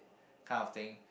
kind of thing